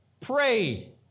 pray